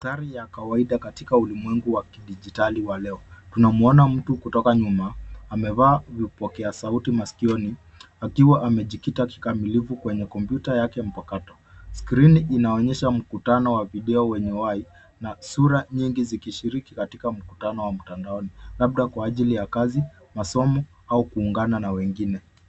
Mandhari ya kawaida katika ulimwengu wa kidijitali wa leo, tunamwona mtu kutoka nyuma, amevaa vipokea sauti masikioni akiwa amejikita kikamilifu kwenye kompyuta yake mpakato. Skrini inaonyesha mkutano wa video wenye uhai na sura nyingi zikishiriki katika mkutano wa mtandaoni, labda kwa ajili ya kazi, masomo au kuungana na wengine.